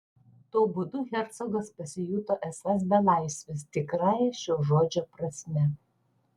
tuo būdu hercogas pasijuto esąs belaisvis tikrąja šio žodžio prasme